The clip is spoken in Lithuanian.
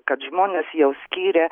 kad žmonės jau skyrė